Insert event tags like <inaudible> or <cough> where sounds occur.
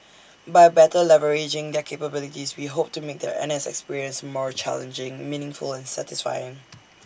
by better leveraging their capabilities we hope to make their N S experience more challenging meaningful and satisfying <noise>